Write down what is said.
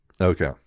Okay